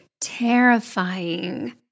terrifying